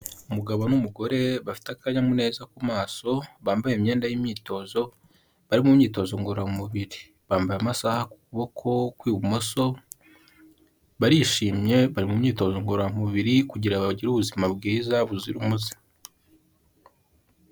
Umugabo n'umugore bafite akanyamuneza ku maso, bambaye imyenda y'imyitozo, bari mu myitozo ngororamubiri, bambaye amasaha ku kuboko kw'ibumoso, barishimye bari mu myitozo ngororamubiri, kugira bagire ubuzima bwiza buzira umuze.